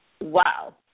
wow